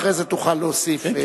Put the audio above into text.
ואחרי זה תוכל להוסיף.